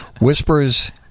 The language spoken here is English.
Whispers